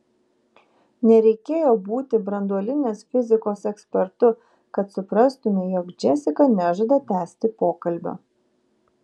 nereikėjo būti branduolinės fizikos ekspertu kad suprastumei jog džesika nežada tęsti pokalbio